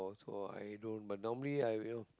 so i don't but normally I will